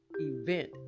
event